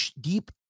deep